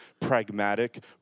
pragmatic